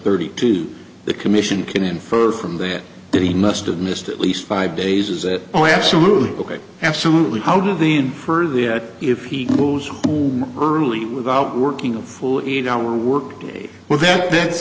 irty two the commission can infer from that that he must have missed at least five days is that oh absolutely ok absolutely how do they infer that if he goes early without working a full eight hour workday well then that's